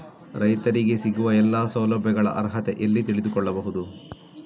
ರೈತರಿಗೆ ಸಿಗುವ ಎಲ್ಲಾ ಸೌಲಭ್ಯಗಳ ಅರ್ಹತೆ ಎಲ್ಲಿ ತಿಳಿದುಕೊಳ್ಳಬಹುದು?